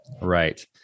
Right